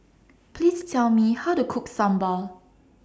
Please Tell Me How to Cook Sambal